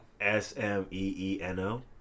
S-M-E-E-N-O